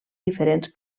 diferents